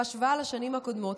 בהשוואה לשנים הקודמות,